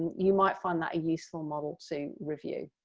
you might find that a useful model to review.